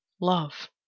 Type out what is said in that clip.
love